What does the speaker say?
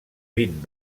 vint